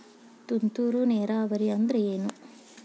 ತುಂತುರು ನೇರಾವರಿ ಅಂದ್ರ ಏನ್?